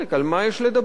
על מה יש לדבר?